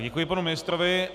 Děkuji panu ministrovi.